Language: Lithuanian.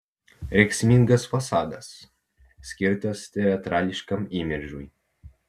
rėksmingas fasadas skirtas teatrališkam imidžui